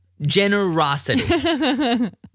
Generosity